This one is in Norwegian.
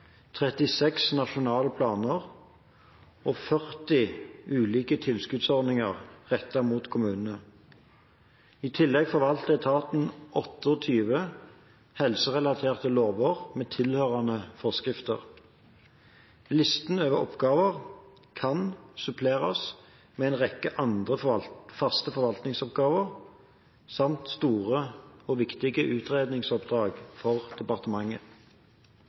36 nasjonale planer og 40 ulike tilskuddsordninger rettet mot kommunene. I tillegg forvaltet etaten 28 helserelaterte lover med tilhørende forskrifter. Listen over oppgaver kan suppleres med en rekke andre faste forvaltningsoppgaver samt store og viktige utredningsoppdrag for departementet.